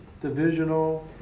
divisional